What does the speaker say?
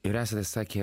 ir esate sakę